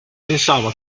pensava